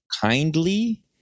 kindly